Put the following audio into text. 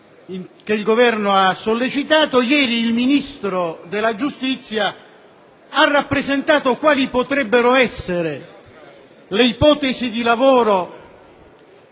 il Ministro della giustizia ha rappresentato quali potrebbero essere le ipotesi di lavoro